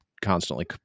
constantly